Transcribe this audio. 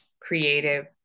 creative